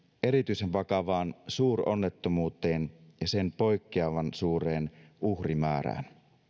erityisen vakavaan suuronnettomuuteen ja sen poikkeavan suureen uhrimäärään